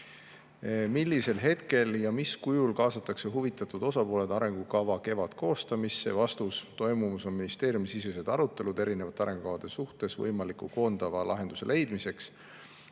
"Millisel hetkel ja mis kujul kaasatakse huvitatud osapooled arengukava KEVAD koostamisse?" Vastus. Toimumas on ministeeriumisisesed arutelud erinevate arengukavade üle võimaliku koondava lahenduse leidmiseks,